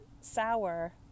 sour